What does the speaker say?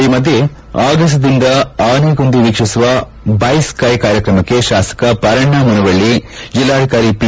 ಈ ಮಧ್ಯೆ ಆಗಸದಿಂದ ಆನೆಗೊಂದಿ ವೀಕ್ಷಿಸುವ ಟೈಸ್ಟೈ ಕಾರ್ಯಕ್ರಮಕ್ಕೆ ಶಾಸಕ ಪರಣ್ಣ ಮುನವಳ್ಳಿ ಜಿಲ್ಲಾಧಿಕಾರಿ ಪಿ